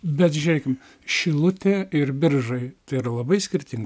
bet žiūrėkim šilutė ir biržai tai yra labai skirtinga